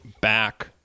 back